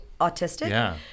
autistic